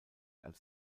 als